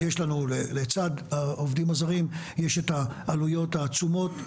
אז יש לנו לצד העובדים הזרים יש את העלויות העצומות.